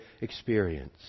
experience